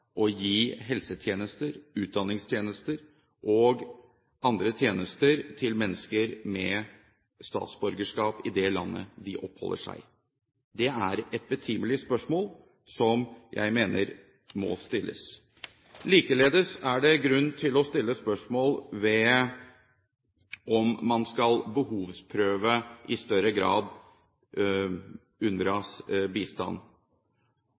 å gi helsetjenester, utdanningstjenester og andre tjenester til mennesker med statsborgerskap i det landet de oppholder seg. Det er et betimelig spørsmål, som jeg mener må stilles. Likeledes er det grunn til å stille spørsmål om man i større grad skal behovsprøve UNRWAs bistand.